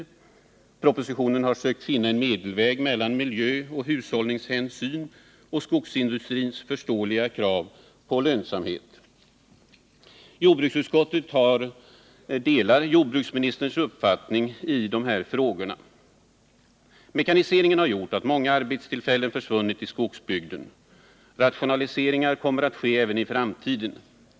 I propositionen har han försökt att finna en medelväg mellan miljöoch hushållningshänsyn samt skogsindustrins förståeliga krav på lönsamhet. Jordbruksutskottet delar jordbruksministerns uppfattning i de här frågorna. Mekaniseringen har gjort att många arbetstillfällen har försvunnit i skogsbygden. Rationaliseringar kommer att ske även i framtiden.